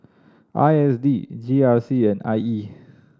I S D G R C and I E